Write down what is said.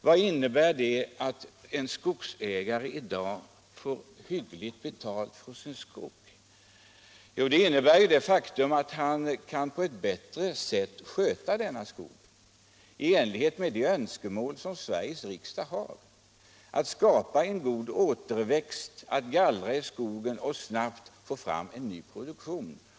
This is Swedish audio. Vad innebär det att en skogsägare i dag får hyggligt betalt för sin skog? Jo, faktum är att han då på ett bättre sätt kan sköta denna skog i enlighet med de önskemål som Sveriges riksdag har uttalat för att ge en god återväxt. Han kan gallra i skogen och snabbare få fram en ny produktion.